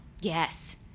Yes